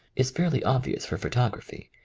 is fairly obvious for photog fifty